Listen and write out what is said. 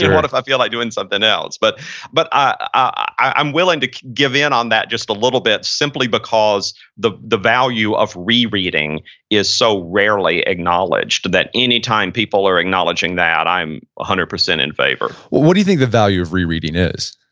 yeah what if i feel like doing something else? but but i'm willing to give in on that just a little bit simply because the the value of rereading is so rarely acknowledged that anytime people are acknowledging that, i'm one ah hundred percent in favor well, what do you think the value of rereading is?